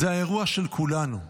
זה האירוע של כולנו.